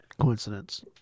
coincidence